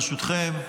ברשותכם.